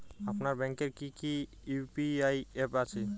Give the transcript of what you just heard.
আপনার ব্যাংকের কি কি ইউ.পি.আই অ্যাপ আছে?